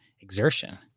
exertion